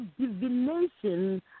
divination